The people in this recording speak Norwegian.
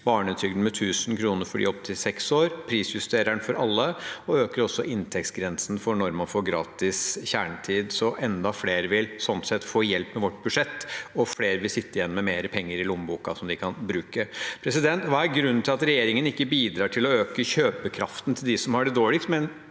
barnetrygden med 1 000 kr for dem opp til seks år, prisjusterer den for alle og øker inntektsgrensen for når man får gratis kjernetid. Sånn sett vil enda flere få hjelp med vårt budsjett, og flere vil sitte igjen med mer penger i lommeboka som de kan bruke. Hva er grunnen til at regjeringen ikke bidrar til å øke kjøpekraften til dem som har det dårligst,